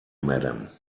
madam